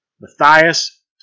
Matthias